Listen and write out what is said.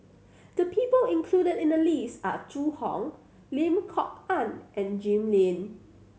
the people included in the list are Zhu Hong Lim Kok Ann and Jim Lim